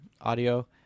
audio